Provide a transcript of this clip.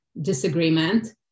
disagreement